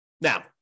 Now